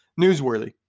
newsworthy